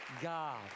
God